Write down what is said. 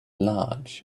large